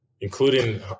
including